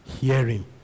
hearing